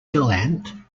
gallant